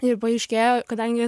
ir paaiškėjo kadangi